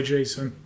Jason